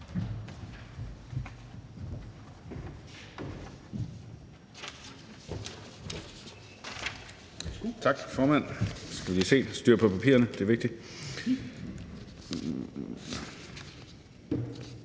Tak, formand. Jeg skal lige have styr på papirerne; det er vigtigt.